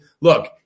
Look